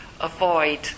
avoid